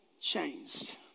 changed